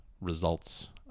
results